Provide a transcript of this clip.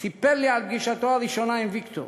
סיפר לי על פגישתו הראשונה עם ויקטור.